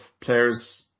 players